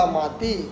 mati